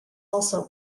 also